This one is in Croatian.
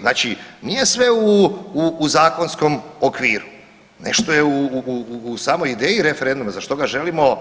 Znači nije sve u, u zakonskom okviru, nešto je u samoj ideji referenduma za što ga želimo